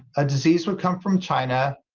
a disease would come from china